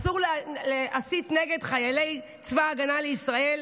אסור להסית נגד חיילי צבא ההגנה לישראל.